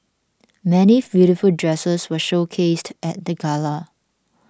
many beautiful dresses were showcased at the gala